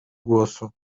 głosu